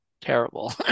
terrible